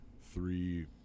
three